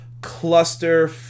cluster